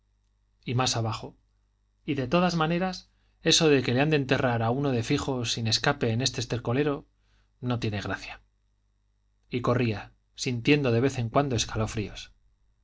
y más abajo y de todas maneras eso de que le han de enterrar a uno de fijo sin escape en ese estercolero no tiene gracia y corría sintiendo de vez en cuando escalofríos